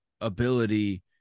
ability